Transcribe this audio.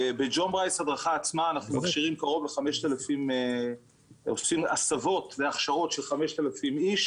בג'ון ברייס בהדרכה עצמה אנחנו עושים הסבות והכשרות של 5,000 איש